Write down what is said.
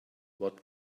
what